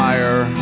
Fire